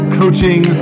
coaching